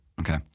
Okay